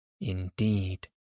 indeed